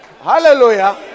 Hallelujah